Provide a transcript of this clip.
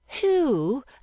Who